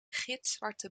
gitzwarte